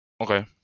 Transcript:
Okay